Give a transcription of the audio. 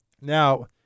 Now